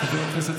הוא לא יהודי.